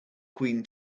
queen